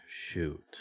Shoot